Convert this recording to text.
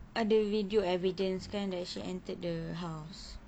ada video evidence kan that she entered the house